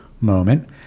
moment